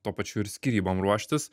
tuo pačiu ir skyrybom ruoštis